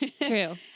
True